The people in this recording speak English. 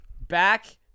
back